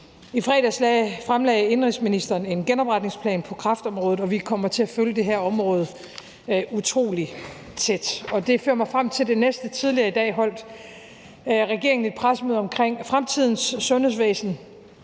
I fredags fremlagde indenrigsministeren en genopretningsplan på kræftområdet, og vi kommer til at følge det her område utrolig tæt. Det fører mig til det næste. Tidligere i dag holdt regeringen et pressemøde om fremtidens sundhedsvæsen.